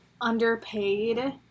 underpaid